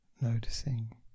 noticing